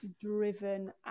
driven